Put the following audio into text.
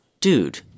dude